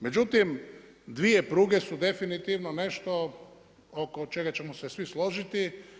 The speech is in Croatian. Međutim, 2 pruge su definitivno nešto oko čega ćemo se svi složiti.